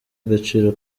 agaciro